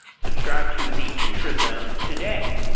subscribe to the intrazone today.